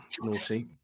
naughty